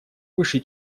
выше